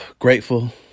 Grateful